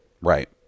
right